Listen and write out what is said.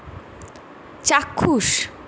চাক্ষুষ